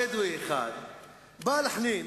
זו בדיוק ההתנהגות של הממשלה.